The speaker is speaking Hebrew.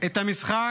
את המשחק,